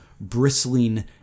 bristling